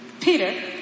Peter